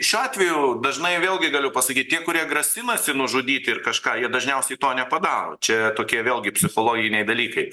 šiuo atveju dažnai vėlgi galiu pasakyt tie kurie grasinasi nužudyti ir kažką jie dažniausiai to nepadaro čia tokie vėlgi psichologiniai dalykai